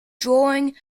drawing